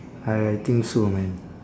I think so man